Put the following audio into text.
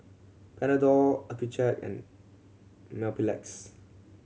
Panadol Accucheck and Mepilex